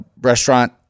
restaurant